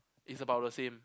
it's about the same